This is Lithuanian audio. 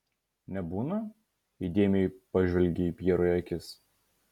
nebūna įdėmiai pažvelgei pjerui į akis